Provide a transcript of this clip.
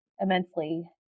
immensely